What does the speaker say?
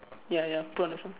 ya ya put on the phone